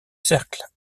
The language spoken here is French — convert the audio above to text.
cercle